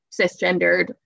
cisgendered